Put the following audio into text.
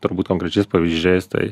turbūt konkrečiais pavyzdžiais tai